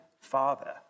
father